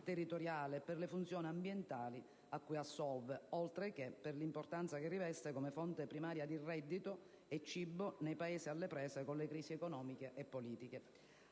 territoriale e per le funzioni ambientali a cui assolve, oltre che per l'importanza che riveste come fonte primaria di reddito e cibo nei Paesi alle prese con le crisi economiche e politiche.